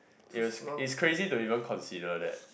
it was it's crazy to even consider that